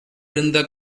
எழுந்த